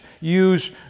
use